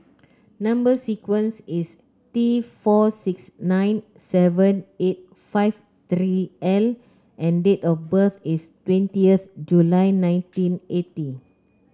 number sequence is T four six nine seven eight five three L and date of birth is twentieth July nineteen eighty